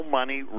money